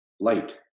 Light